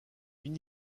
mini